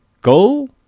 goal